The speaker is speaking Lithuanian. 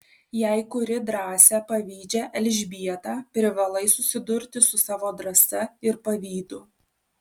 jei kuri drąsią pavydžią elžbietą privalai susidurti su savo drąsa ir pavydu